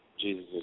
Jesus